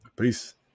Peace